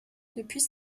depuis